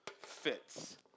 fits